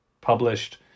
published